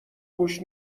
گوش